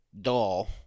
doll